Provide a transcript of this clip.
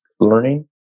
learning